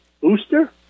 booster